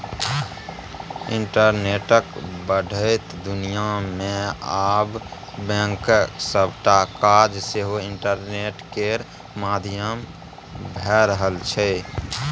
इंटरनेटक बढ़ैत दुनियाँ मे आब बैंकक सबटा काज सेहो इंटरनेट केर माध्यमसँ भए रहल छै